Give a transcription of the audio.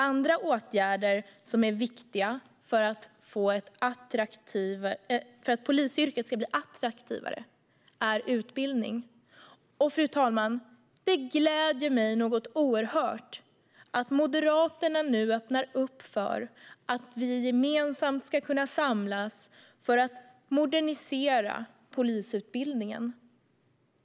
En annan åtgärd som är viktig för att polisyrket ska bli attraktivare är utbildning. Fru talman! Det gläder mig oerhört att Moderaterna nu öppnar för att vi ska kunna samlas för att gemensamt modernisera polisutbildningen.